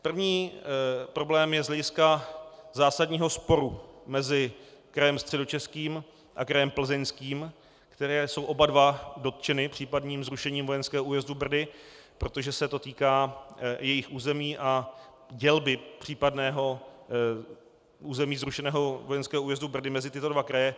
První problém je z hlediska zásadního sporu mezi krajem Středočeským a krajem Plzeňským, které jsou oba dva dotčeny případným zrušením vojenského újezdu Brdy, protože se to týká jejich území a dělby případného území zrušeného vojenského újezdu Brdy mezi tyto dva kraje.